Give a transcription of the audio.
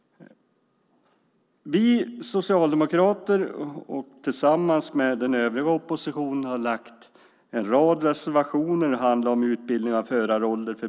Vi socialdemokrater har tillsammans med den övriga oppositionen en rad reservationer i detta betänkande.